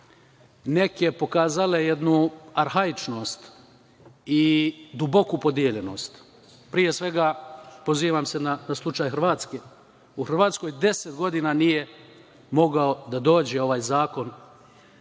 neke pokazale jednu arhaičnost i duboku podeljenost, pre svega pozivam se na slučaj Hrvatske. U Hrvatskoj deset godina nije mogao da dođe ovaj zakon